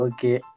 Okay